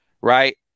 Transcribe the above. right